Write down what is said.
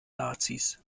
nazis